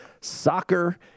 soccer